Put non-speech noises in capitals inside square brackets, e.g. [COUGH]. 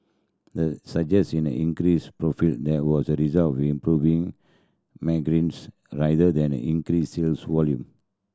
that suggests in the increase profit there was the result of improving [UNINTELLIGIBLE] rather than a increased sales volume